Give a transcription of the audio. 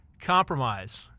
compromise